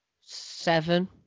seven